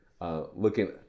looking